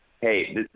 Hey